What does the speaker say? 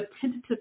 tentative